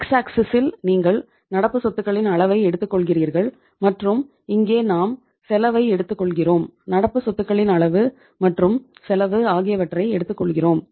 X ஆக்சிஸ்சில் நீங்கள் நடப்பு சொத்துகளின் அளவை எடுத்துக்கொள்கிறீர்கள் மற்றும் இங்கே நாம் செலவை எடுத்துக்கொள்கிறோம் நடப்பு சொத்துகளின் அளவு மற்றும் செலவு ஆகியவற்றை எடுத்துக்கொள்கிறோம்